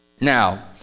Now